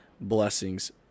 blessings